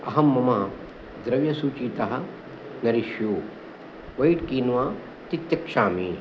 अहं मम द्रव्यसूचीतः नरिश् यू वैट् कीन्वा तित्यक्षामि